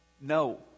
no